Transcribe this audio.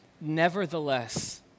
Nevertheless